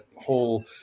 whole